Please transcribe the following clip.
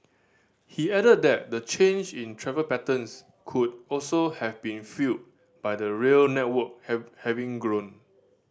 he added that the change in travel patterns could also have been fuelled by the rail network have having grown